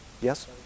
Yes